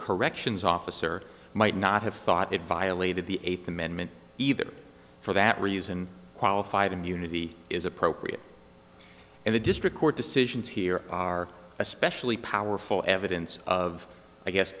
corrections officer might not have thought it violated the eighth amendment either for that reason qualified immunity is appropriate and the district court decisions here are especially powerful evidence of i guess